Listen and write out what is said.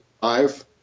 five